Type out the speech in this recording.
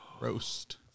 Roast